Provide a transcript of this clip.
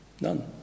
none